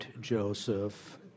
Joseph